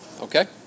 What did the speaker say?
Okay